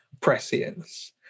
prescience